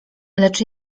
lecz